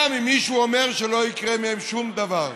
גם אם מישהו אומר שלא יקרה מהן שום דבר.